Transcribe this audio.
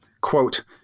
Quote